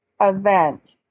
event